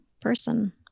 person